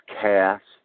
Cast